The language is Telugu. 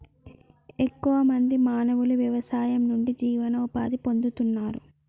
ఎక్కువ మంది మానవులు వ్యవసాయం నుండి జీవనోపాధి పొందుతున్నారు